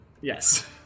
Yes